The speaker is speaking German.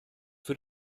für